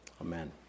Amen